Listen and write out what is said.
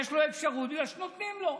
יש להם אפשרות, בגלל שנותנים להם: